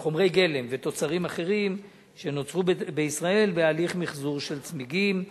לחומרי גלם ותוצרים אחרים שנוצרו בישראל בהליך מיחזור של צמיגים,